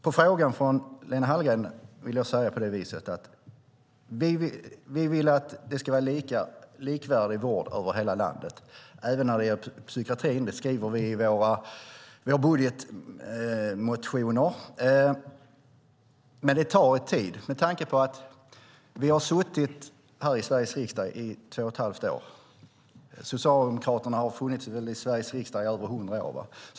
På frågan från Lena Hallengren vill jag säga att vi vill att det ska vara likvärdig vård över hela landet även när det gäller psykiatrin. Det skriver vi i våra budgetmotioner. Det tar dock tid. Vi har suttit i Sveriges riksdag i två och ett halvt år, och Socialdemokraterna har funnits i Sveriges riksdag i över hundra år.